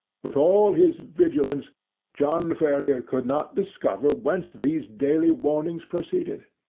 with all his vigilance john ferrier could not discover whence these daily warnings proceeded.